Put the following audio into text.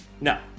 no